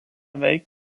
veikė